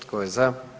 Tko je za?